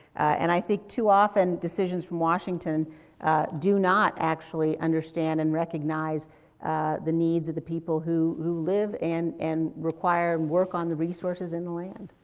and i think too often decisions from washington do not actually understand and recognize the needs of the people who who live and, and require, and work on the resources in the land.